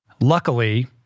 Luckily